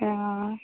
অঁ